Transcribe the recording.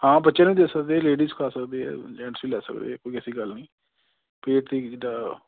ਹਾਂ ਬੱਚੇ ਨੂੰ ਵੀ ਦੇ ਸਕਦੇ ਲੇਡੀਜ ਖਾ ਸਕਦੇ ਹੈ ਜੈਂਟਸ ਵੀ ਲੈ ਸਕਦੇ ਹੈ ਕੋਈ ਐਸੀ ਗੱਲ ਨਹੀਂ ਪੇਟ ਦੀ ਕਿ ਜਿੱਦਾਂ